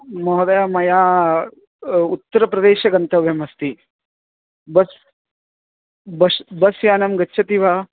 महोदय मया उत्तरप्रदेशे गन्तव्यमस्ति बस् बश बस् यानं गच्छति वा